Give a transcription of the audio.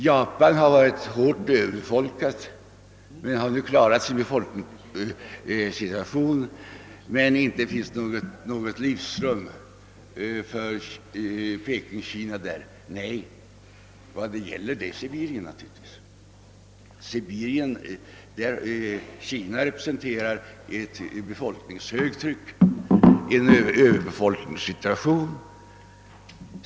Japan har varit starkt överbefolkat men har klarat sin befolkningssituation. Där-finns det dock inte något livsrum för Pekingkina. Då återstår bara Sibirien, där det för närvarande råder ett :befolkningsmässigt . lågtryck.